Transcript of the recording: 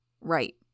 Right